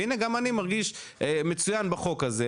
והנה גם אני מרגיש מצוין בחוק הזה,